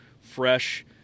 fresh